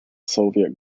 soviet